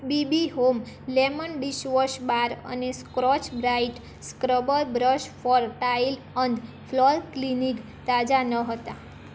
BB home lemon dishwash bar અને scotch brite scrubber brush for tile and floor cleaning તાજા નહોતા